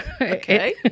Okay